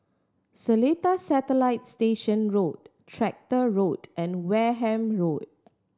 Seletar Satellite Station Road Tractor Road and Wareham Road